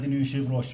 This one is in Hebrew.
אדוני היושב ראש,